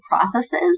processes